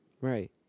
right